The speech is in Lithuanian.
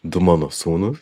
du mano sūnūs